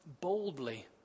boldly